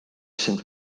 sind